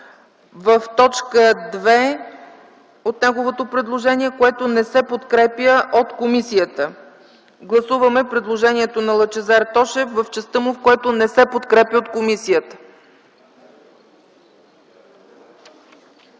Лъчезар Тошев в т. 2, което не се подкрепя от комисията. Гласуваме предложението на Лъчезар Тошев в частта му, в която не се подкрепя от комисията.